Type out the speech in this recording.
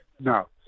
no